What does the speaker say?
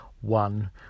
one